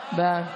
למאבק באלימות,